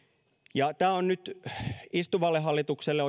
ja tämä olisi nyt istuvalle hallitukselle